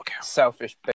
Selfish